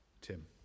Tim